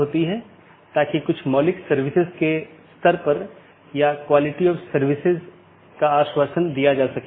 तो एक है optional transitive वैकल्पिक सकर्मक जिसका मतलब है यह वैकल्पिक है लेकिन यह पहचान नहीं सकता है लेकिन यह संचारित कर सकता है